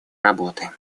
работы